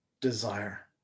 desire